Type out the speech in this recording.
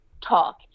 talk